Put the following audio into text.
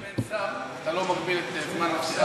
אם אין שר אתה לא מגביל את זמן הנאום,